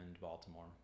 Baltimore